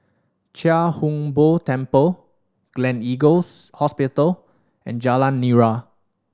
Chia Hung Boo Temple Gleneagles Hospital and Jalan Nira